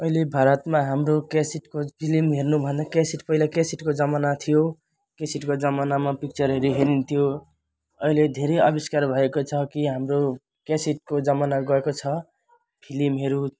अहिले भारतमा हाम्रो क्यासिटको फिल्म हेर्नु भन्दा क्यासेट पहिला क्यासेटको जमाना थियो क्यासेटको जमानामा पिक्चरहरू हेरिन्थ्यो अहिले धेरै आविष्कार भएको छ कि हाम्रो क्यासेटको जमाना गएको छ फिल्महरू